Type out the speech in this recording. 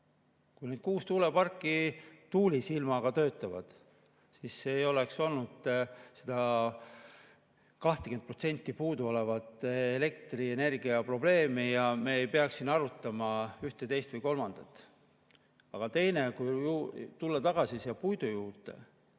Kui need kuus tuuleparki tuulise ilmaga töötaksid, siis ei oleks olnud seda 20% puudu oleva elektrienergia probleemi ja me ei peaks siin arutama ühte, teist või kolmandat. Aga teine, kui tulla tagasi puidu juurde,